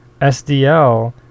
SDL